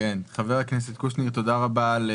חבר הכנסת קושניר, תודה רבה.